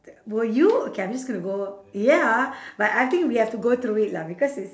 were you K I'm just gonna go ya but I think we have to go through it lah because it's